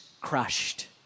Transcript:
crushed